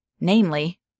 namely